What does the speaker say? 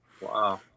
Wow